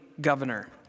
governor